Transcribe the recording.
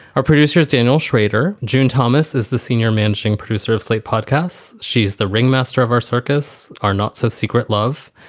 our producers daniel shrader. june thomas is the senior managing producer of slate podcasts. she's the ringmaster of our circus. are not so secret. love,